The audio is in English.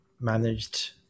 managed